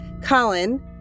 Colin